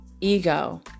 ego